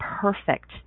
perfect